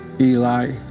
Eli